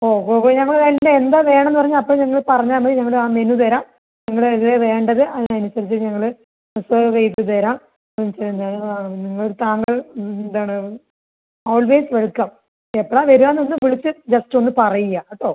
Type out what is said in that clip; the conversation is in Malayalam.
ഓ ഓ ഞങ്ങൾ വേറെ എന്താ വേണന്ന് പറഞ്ഞാൽ അപ്പം നിങ്ങൾ പറഞ്ഞാൽ മതി ഞങ്ങൾ ആ മെനു തരാം ഞങ്ങൾ ഇത് വേണ്ടത് അതിന് അനുസരിച്ച് ഞങ്ങൾ സെർവ് ചെയ്ത് തരാം ഞങ്ങൾ ആണ് നിങ്ങൾ താങ്കൾ എന്താണ് ഓൾവേയ്സ് വെൽക്കം എപ്പളാണ് വരാന്ന് ഒന്ന് വിളിച്ച് ജസ്റ്റ് ഒന്ന് പറയുക കേട്ടോ